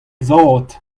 zad